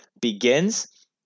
begins